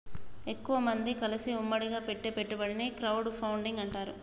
ఎక్కువమంది కలిసి ఉమ్మడిగా పెట్టే పెట్టుబడిని క్రౌడ్ ఫండింగ్ అంటారు